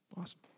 Awesome